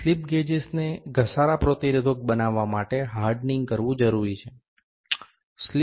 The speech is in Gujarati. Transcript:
સ્લિપ ગેજેસને ઘસારા પ્રતિરોધક બનાવવા માટે હાર્ડનિંગ કરવું જરૂરી છે